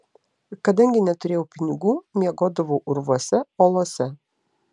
kadangi neturėjau pinigų miegodavau urvuose olose